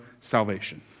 salvation